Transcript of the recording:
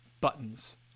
buttons